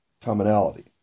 commonality